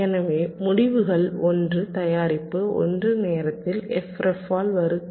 எனவே முடிவுகள் 1 தயாரிப்பு 1 நேரத்தில் f ref ஆல் உருவாக்கப்பட்டன